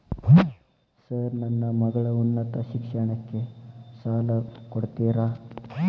Sir ನನ್ನ ಮಗಳ ಉನ್ನತ ಶಿಕ್ಷಣಕ್ಕೆ ಸಾಲ ಕೊಡುತ್ತೇರಾ?